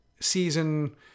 season